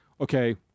okay